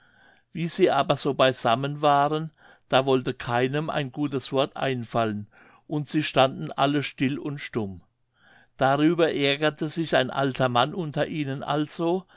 wie sie aber so beisammen waren da wollte keinem ein gutes wort einfallen und sie standen alle still und stumm darüber ärgerte sich ein alter mann unter ihnen also